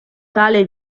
tale